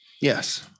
Yes